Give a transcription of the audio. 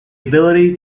ability